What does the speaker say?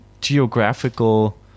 geographical